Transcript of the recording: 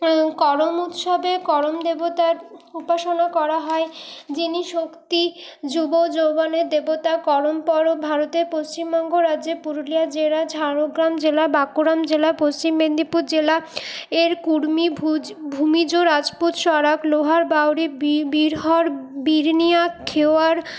করম উৎসবে করম দেবতার উপাসনা করা হয় যিনি শক্তি যুব যৌবনের দেবতা করম পরব ভারতে পশ্চিমবঙ্গ রাজ্যের পুরুলিয়া জেলা ঝাড়গ্রাম জেলা বাঁকুড়া জেলা পশ্চিম মেদিনীপুর জেলা এর কুর্মিভুজ ভূমিজ রাজপুত সড়াক লোহার বাউরি বি বিরহর বির্নিয়া খেওয়াড়